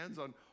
on